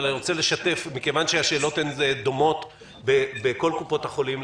אבל מכיוון שהשאלות דומות בכל קופות החולים,